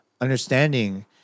understanding